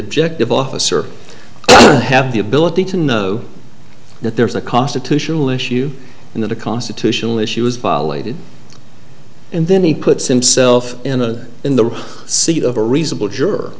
objective officer have the ability to know that there is a constitutional issue and that a constitutional issue is violated and then he puts himself in a in the seat of a reasonable juror